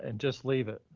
and just leave it,